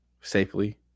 safely